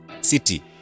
city